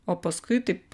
o paskui taip